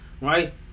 right